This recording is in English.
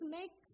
make